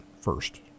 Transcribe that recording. first